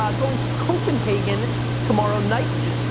um going to copenhagen tomorrow night,